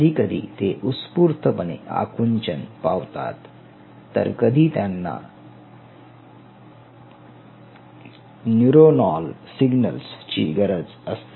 कधी कधी ते उस्फूर्तपणे आकुंचन पावतात तर कधी त्यांना न्यूरोनाल सिग्नल्स ची गरज असते